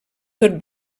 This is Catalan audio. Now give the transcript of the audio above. tot